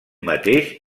mateix